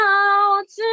out